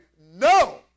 no